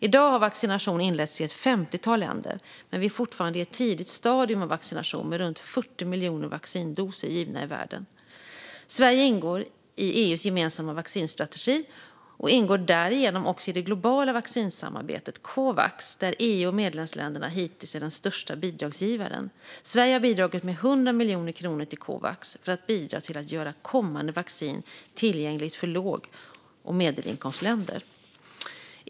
I dag har vaccination inletts i ett femtiotal länder, men vi är fortfarande i ett tidigt stadium av vaccination, med runt 40 miljoner vaccindoser givna i världen. Sverige ingår i EU:s gemensamma vaccinstrategi och ingår därigenom också i det globala vaccinsamarbetet Covax, där EU och medlemsländerna hittills är den största bidragsgivaren. Sverige har bidragit med 100 miljoner kronor till Covax för att bidra till att göra kommande vaccin tillgängligt för låg och medelinkomstländer.